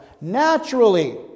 naturally